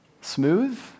smooth